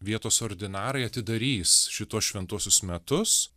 vietos ordinarai atidarys šituos šventuosius metus